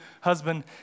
husband